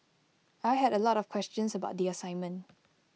I had A lot of questions about the assignment